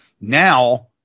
Now